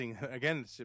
again